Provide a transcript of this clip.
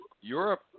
Europe